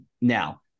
Now